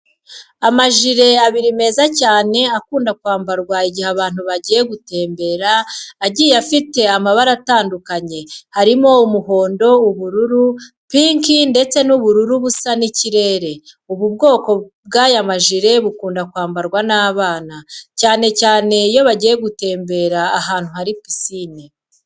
Amajire abiri meza cyane akunda kwambarwa igihe abantu bagiye gutembera, agiye afite amabara atandukanye, harimo umuhondo ubururu, pinki ndetse n'ubururu busa n'ikirere. Ubu bwoko bw'aya majire bukunda kwambarwa n'abana, cyane cyane iyo bagiye gutemberera ahantu hari pisine.